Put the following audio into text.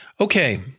Okay